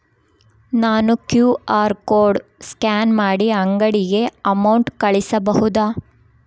ನಾನು QR code scan ಮಾಡಿ ಅಂಗಡಿಗೆ ಅಮೌಂಟ್ ಕಳಿಸಬಹುದಾ?